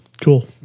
Cool